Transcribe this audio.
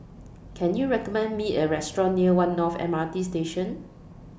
Can YOU recommend Me A Restaurant near one North M R T Station